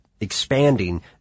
expanding